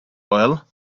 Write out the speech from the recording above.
oil